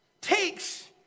takes